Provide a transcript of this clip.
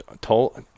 Toll